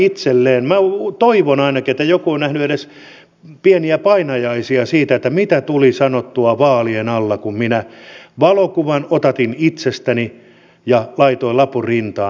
minä toivon ainakin että joku on nähnyt edes pieniä painajaisia siitä mitä tuli sanottua vaalien alla kun minä valokuvan otatin itsestäni ja laitoin lapun rintaan